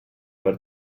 per